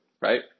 Right